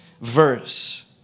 verse